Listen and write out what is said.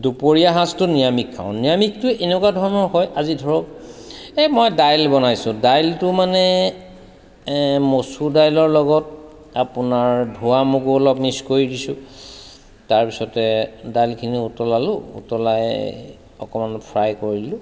দুপৰীয়া সাজটো নিৰামিষ খাওঁ নিৰামিষটো এনেকুৱা ধৰণৰ হয় আজি ধৰক এই মই দাইল বনাইছোঁ দাইলটো মানে এই মচুৰ দাইলৰ লগত আপোনাৰ ধোৱা মগু অলপ মিক্স কৰি দিছোঁ তাৰপিছতে দালিখিনি উতলালোঁ উতলাই অকণমান ফ্ৰাই কৰিলোঁ